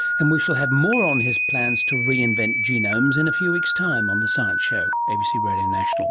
and we shall have more on his plans to reinvent genomes in a few weeks time on the science show, abc radio national